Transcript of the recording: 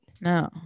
No